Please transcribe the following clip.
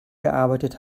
gearbeitet